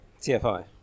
TFI